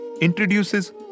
introduces